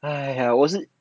!aiya!